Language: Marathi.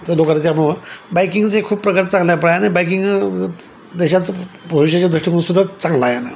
तर लोक त्याच्यामुळे बाईकिंगचे खूप प्रकार चांगलं आहे पण आहे आणि बाईकिंग देशातच पोलूशनच्या दृष्टिनंसुद्धा चांगला आहे ना